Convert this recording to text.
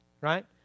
right